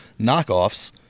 knockoffs